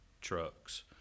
trucks